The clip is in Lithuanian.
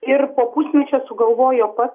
ir po pusmečio sugalvojo pats